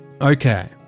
Okay